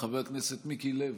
חבר הכנסת מיקי לוי,